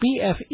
BFE